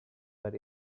but